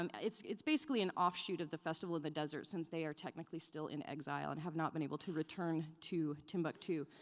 um it's it's basically an offshoot of the festival in the desert since they are technically still in exile and have not been able to return to timbuktu,